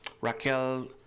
Raquel